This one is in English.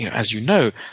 as you know,